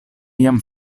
jam